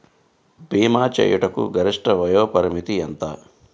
భీమా చేయుటకు గరిష్ట వయోపరిమితి ఎంత?